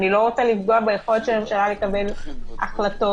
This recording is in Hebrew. אני לא רוצה לפגוע ביכולת הממשלה לקבל החלטות.